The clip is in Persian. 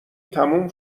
تموم